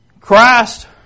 Christ